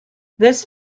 this